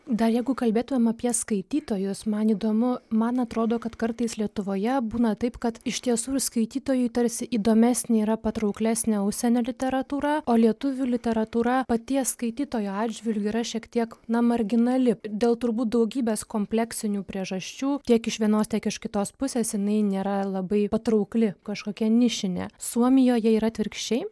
dar jeigu kalbėtumėm apie skaitytojus man įdomu man atrodo kad kartais lietuvoje būna taip kad iš tiesų ir skaitytojui tarsi įdomesnė yra patrauklesnė užsienio literatūra o lietuvių literatūra paties skaitytojo atžvilgiu yra šiek tiek na marginali dėl turbūt daugybės kompleksinių priežasčių tiek iš vienos tiek iš kitos pusės jinai nėra labai patraukli kažkokia nišinė suomijoje yra atvirkščiai